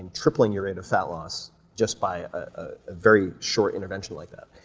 and tripling your rate of fat loss just by a very short intervention like that.